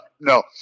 No